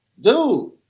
dude